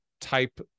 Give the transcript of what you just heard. type